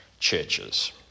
Churches